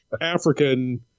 African